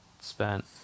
spent